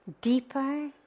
Deeper